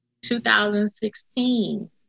2016